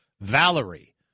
Valerie